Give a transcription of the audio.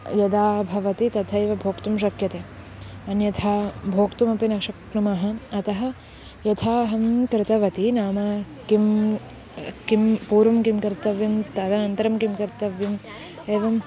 यदा भवति तथैव भोक्तुं शक्यते अन्यथा भोक्तुमपि न शक्नुमः अतः यथाहं कृतवती नाम किं किं पूर्वं किं कर्तव्यं तदनन्तरं किं कर्तव्यम् एवं